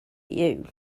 you